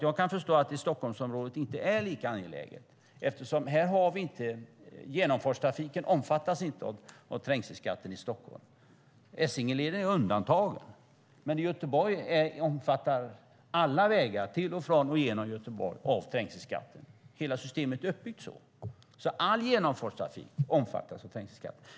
Jag kan förstå att det inte är lika angeläget i Stockholmsområdet eftersom genomfartstrafiken inte omfattas av trängselskatten här. Essingeleden är undantagen, men i Göteborg omfattas alla vägar till, från och igenom staden av trängselskatten. Hela systemet är uppbyggt så. All genomfartstrafik omfattas av trängselskatt.